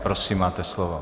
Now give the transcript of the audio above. Prosím máte slovo.